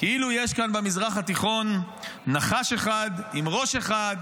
כאילו יש כאן במזרח התיכון נחש אחד, עם ראש אחד.